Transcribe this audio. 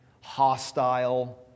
hostile